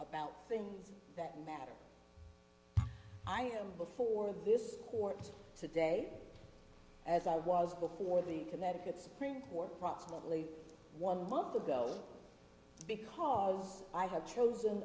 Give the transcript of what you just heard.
about things that matter i am before this court today as i was before the connecticut supreme court proximately one month ago because i have chosen